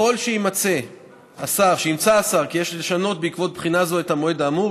ככל שימצא השר כי יש לשנות בעקבות בחינה זו את המועד האמור,